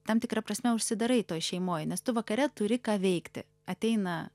tam tikra prasme užsidarai toj šeimoj nes tu vakare turi ką veikti ateina